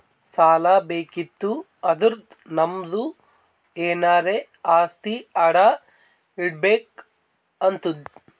ಸಾಲಾ ಬೇಕಿತ್ತು ಅಂದುರ್ ನಮ್ದು ಎನಾರೇ ಆಸ್ತಿ ಅಡಾ ಇಡ್ಬೇಕ್ ಆತ್ತುದ್